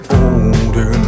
older